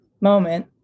moment